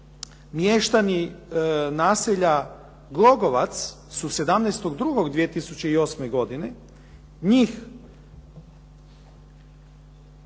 mještani naselja Glogovac su 17. 02. 2008. godine njih